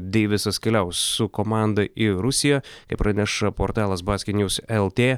deivisas keliaus su komanda į rusiją kaip praneša portalas basket news lt